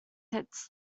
sits